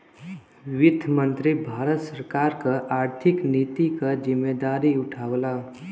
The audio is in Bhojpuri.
वित्त मंत्री भारत सरकार क आर्थिक नीति क जिम्मेदारी उठावला